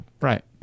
right